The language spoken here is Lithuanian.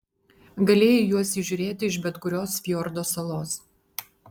galėjai juos įžiūrėti iš bet kurios fjordo salos